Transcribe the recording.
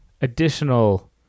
additional